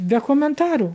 be komentarų